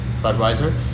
Budweiser